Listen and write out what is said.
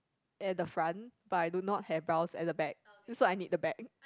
at the front but I do not have brows at the back so I need the back